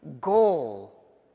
goal